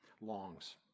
longs